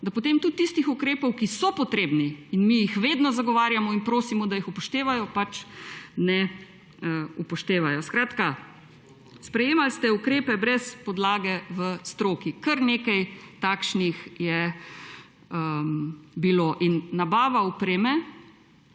da potem tudi tistih ukrepov, ki so potrebni, in mi jih vedno zagovarjamo in prosimo, da jih upoštevajo, pač ne upoštevajo. Sprejemali ste ukrepe brez podlage v stroki. Kar nekaj takšnih je bilo in nabava opreme